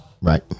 Right